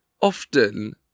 often